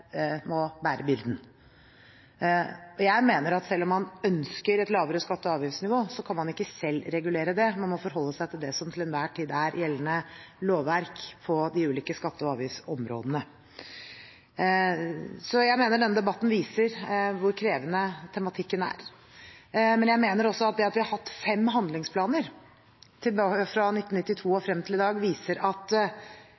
må bære byrden. Jeg mener at selv om man ønsker et lavere skatte- og avgiftsnivå, kan man ikke selv regulere det. Man må forholde seg til det som til enhver tid er gjeldende lovverk på de ulike skatte- og avgiftsområdene. Jeg mener denne debatten viser hvor krevende tematikken er. Men jeg mener også at det at vi har hatt fem handlingsplaner fra 1992 og